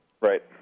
Right